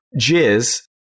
jizz